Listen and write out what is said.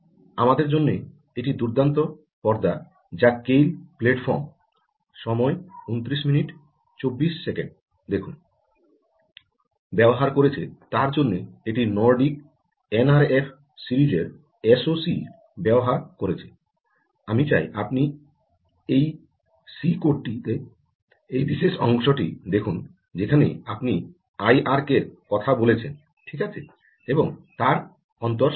আমাদের জন্য এটি দুর্দান্ত পর্দা যা কেইল প্ল্যাটফর্ম সময় 2924 দেখুন ব্যবহার করছে তার জন্য এটি নর্দিক এনআরএফ সিরিজের এস ও সি র ব্যবহার করছে আমি চাই আপনি এই সি কোডটি তে এই বিশেষ অংশটি দেখুন যেখানে আপনি আইআরকে র কথা বলছেন ঠিক আছে এবং তার অন্তর সম্পর্কে